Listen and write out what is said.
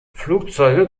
flugzeuge